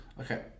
Okay